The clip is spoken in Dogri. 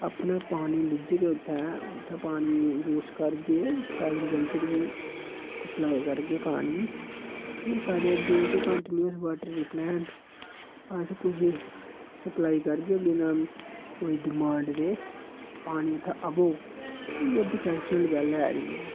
अपना पानी लेई जाग्गे उत्थै उत्थै पानियै'ई यूज़ करगे उत्थै एग्रीकल्चर गी सप्लाई करगै पानी एह् साढ़े अग्गे जेह्के कान्टीन्युस वॉटर री प्लैन अस कु'सैई सप्लाई करगै पानी बिना कु'सै डिमांड दे पानी उत्थै औग कोई ओह्दी टैंशन आह्ली गल्ल है निं ऐ